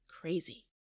crazy